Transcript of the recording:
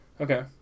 Okay